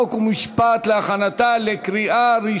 חוק ומשפט נתקבלה.